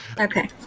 Okay